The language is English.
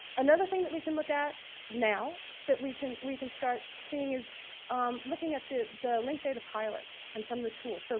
another thing that we can look at now that we can, we can start seeing as um looking at the the linked data pilots and some of the tools. so